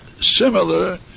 similar